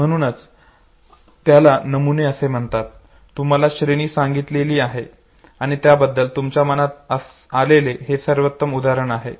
म्हणूनच याला नमुना असे म्हणतात तुम्हाला श्रेणी सांगितली आहेत आणि त्याबद्दल तुमच्या मनात आलेले हे सर्वोत्तम उदाहरण आहे